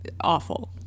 awful